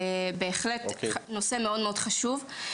בהחלט נושא מאוד חשוב.